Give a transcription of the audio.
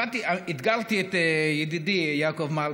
באתי, אתגרתי את ידידי יעקב מרגי.